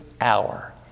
hour